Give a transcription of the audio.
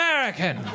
American